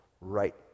right